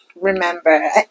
remember